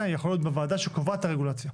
יכול להיות בוועדה שקובצת את הרגולציה.